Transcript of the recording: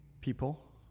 people